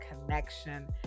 connection